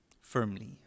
firmly